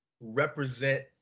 represent